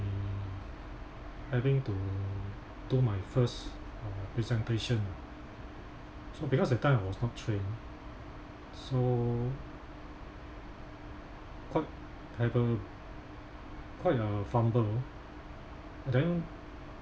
having to do my first uh presentation so because that time I was not trained so quite terrible quite uh fumble and then